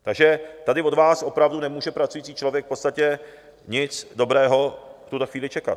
Takže tady od vás opravdu nemůže pracující člověk v podstatě nic dobrého v tuhle chvíli čekat.